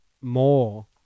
more